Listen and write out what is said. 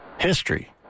history